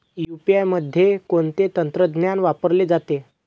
UPI मध्ये कोणते तंत्रज्ञान वापरले जाते?